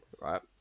right